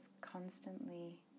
constantly